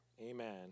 Amen